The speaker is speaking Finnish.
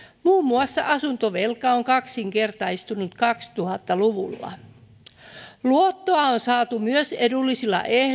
muun muassa asuntovelka on kaksinkertaistunut kaksituhatta luvulla luottoa on saatu myös edullisilla ehdoilla